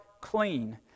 clean